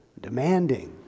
demanding